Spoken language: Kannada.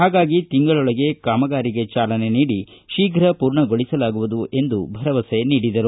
ಹಾಗಾಗಿ ತಿಂಗಳೊಳಗೆ ಕಾಮಗಾರಿಗೆ ಚಾಲನೆ ನೀಡಿ ಶೀಘ ಪೂರ್ಣಗೊಳಿಸಲಾಗುವುದು ಎಂದು ಭರವಸೆ ನೀಡಿದರು